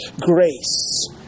grace